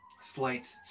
slight